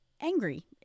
angry